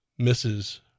mrs